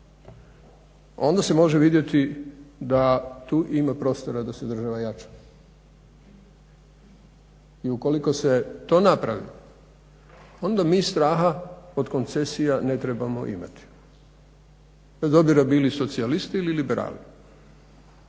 onda se može vidjeti da tu ima prostora da se država jača, i ukoliko se to napravi onda mi straha od koncesija ne trebamo imati, bez obzira bili socijalisti ili liberali.